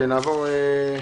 ינון,